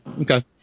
Okay